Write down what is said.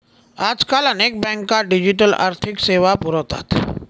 आजकाल अनेक बँका डिजिटल आर्थिक सेवा पुरवतात